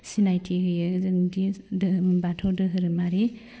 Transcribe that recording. सिनायथि होयो जोंदि दोहोरोम बाथौ दोरोमारि